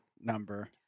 number